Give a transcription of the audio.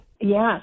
Yes